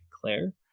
Claire